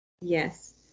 Yes